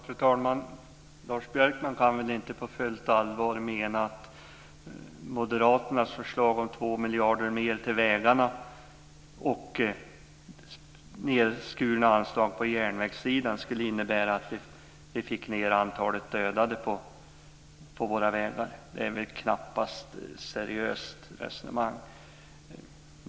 Fru talman! Lars Björkman kan väl inte på fullt allvar mena att moderaternas förslag om 2 miljarder mer till vägarna och nedskurna anslag på järnvägssidan skulle innebära att vi fick ned antalet dödade på våra vägar. Det är knappast ett seriöst resonemang.